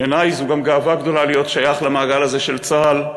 בעיני זו גם גאווה גדולה להיות שייך למעגל הזה של צה"ל,